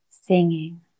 singing